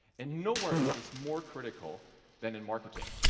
and nowhere is this more critical than in marketing.